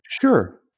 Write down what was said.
Sure